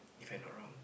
If I not wrong